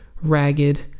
ragged